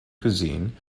cuisine